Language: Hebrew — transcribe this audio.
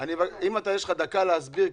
יש לך דקה להסביר?